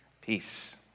Peace